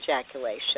ejaculation